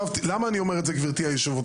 למה אני אומר את זה, גברתי היושבת-ראש?